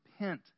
repent